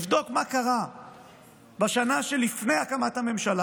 תבדוק מה קרה בשנה שלפני הקמת הממשלה.